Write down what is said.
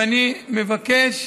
ואני מבקש